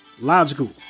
Logical